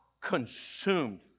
consumed